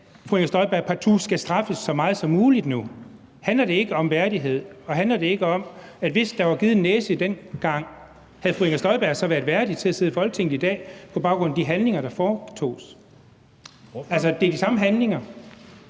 at fru Inger Støjberg partout skal straffes så meget som muligt nu? Handler det ikke om værdighed? Og handler det ikke om, at hvis der var givet en næse dengang, havde fru Inger Støjberg så været værdig til at sidde i Folketinget i dag på baggrund af de handlinger, der blev foretaget? Altså, det er de samme handlinger;